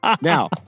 Now